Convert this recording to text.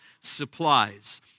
supplies